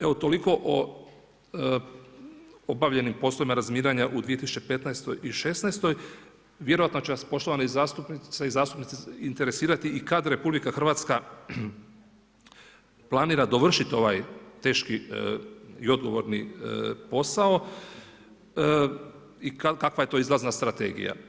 Evo toliko o obavljenim poslovima razminiranja u 2015. i 2016., vjerovatno će vas poštovane zastupnice i zastupnici interesirati i kad RH planira dovršiti ovaj teški i odgovorni posao i kakva je to izlazna strategija.